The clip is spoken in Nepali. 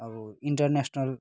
अब इन्टरनेसनल